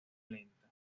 lenta